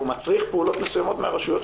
הוא מצריך פעולות מסוימות מהרשויות,